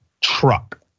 truck